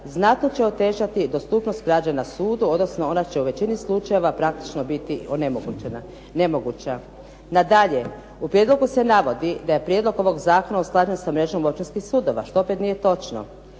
znatno će otežati dostupnost građana sudu, odnosno ona će u većini slučajeva praktično biti nemoguća. Nadalje, u prijedlogu se navodi da je prijedlog ovog zakona ostvaren sa mrežom općinskih sudova što opet nije točno.